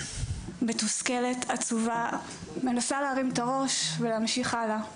מתוסכלת, עצובה, מנסה להרים את הראש ולהמשיך הלאה.